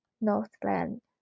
Northland